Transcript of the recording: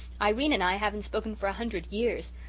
irene and i haven't spoken for a hundred years.